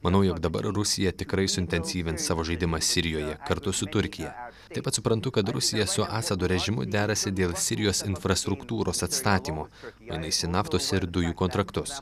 manau jog dabar rusija tikrai suintensyvins savo žaidimą sirijoje kartu su turkija taip pat suprantu kad rusija su asado režimu derasi dėl sirijos infrastruktūros atstatymo mainais į naftos ir dujų kontraktus